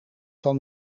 van